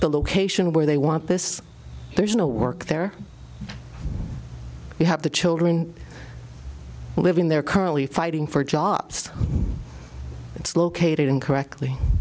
the location where they want this there's no work there you have the children living there currently fighting for jobs that's located incorrectly